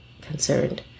concerned